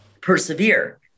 persevere